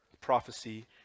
prophecy